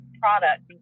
product